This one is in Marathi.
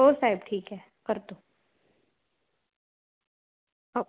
हो साहेब ठीक आहे करतो हो